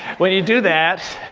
when you do that,